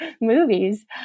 movies